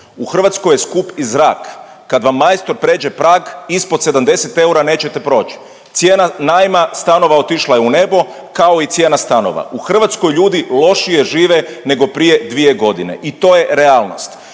U Hrvatskoj je skup i zrak. Kad vam majstor pređe prag ispod 70 eura nećete proći. Cijena najma stanova otišla je u nebo kao i cijena stanova. U Hrvatskoj ljudi lošije žive nego prije 2 godine i to je realnost.